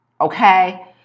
okay